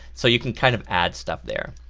so you can kind of add stuff there.